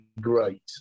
great